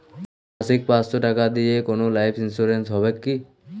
মাসিক পাঁচশো টাকা দিয়ে কোনো লাইফ ইন্সুরেন্স হবে কি?